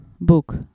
book